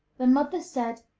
the mother said,